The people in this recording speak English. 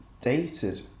dated